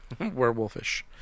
Werewolfish